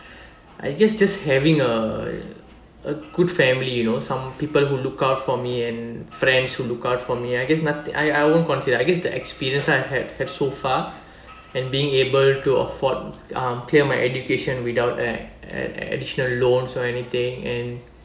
I guess just having a a good family you know some people who look out for me and friends who look out for me I guess not I I won't consider I guess the experience I had had so far and being able to afford um clear my education without ad~ ad~ additional loans or anything and